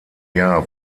jahr